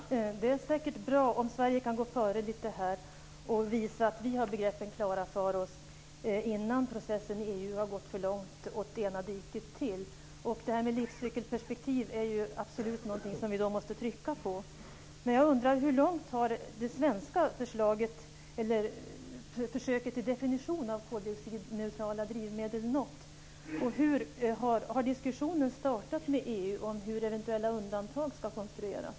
Fru talman! Det är säkert bra om Sverige kan gå före och visa att vi har begreppen klara för oss innan processen i EU har gått för långt. Det här med livscykelperspektiv är någonting som vi då absolut måste trycka på. Men jag undrar hur långt det svenska försöket till definition av koldioxidneutrala drivmedel har nått. Har diskussionens startat med EU om hur eventuella undantag ska konstrueras?